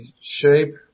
shape